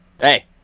Hey